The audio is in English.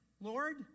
Lord